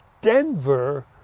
denver